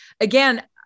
again